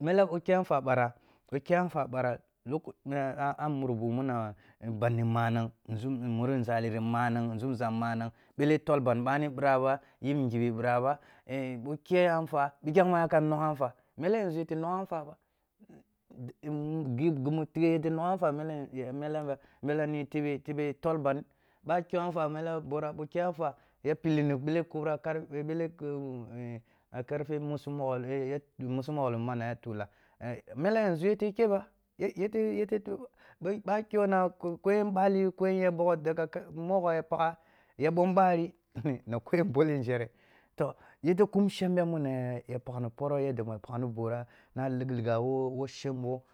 mela ɓo kyah anfwa ɓara, ɓo kyah a nfwa a murubu minna bandi manam nȝum, muri nȝahli manang, nȝumȝa manang, bele tol ban ɓan ɓani bira ba yibnghibi ɓirnba bo kyeh a nfwa, pikhem ma yaka nughah a fwa, mele yanȝu yete nughah a nfwa ba ghi gumu tighe yete nughah mele mala, mele ni tebe, tebe tol ban, bo a kyoh a nfwa mela, borah bo a kyan nfwa ya pillenbene ni knbra kar karfe mussumogho, eh uh mussumogho lum ma yara tuh laah. mele yanzu yote kyeh ba ɓa a kyoh ah eh ko yen ɓali mogho ya pagha ya ɓom bari na ko yon bole nȝhere, toh yete kum shangbe muna ya paglini poroh yanda ya paghni borah na ligh ligha wo wo shangboh.